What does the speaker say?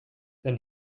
then